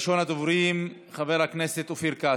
ראשון הדוברים, חבר הכנסת אופיר כץ.